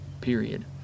period